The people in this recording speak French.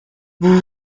vous